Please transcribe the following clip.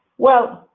well,